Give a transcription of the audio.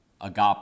agape